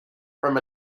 from